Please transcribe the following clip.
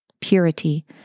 purity